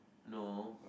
no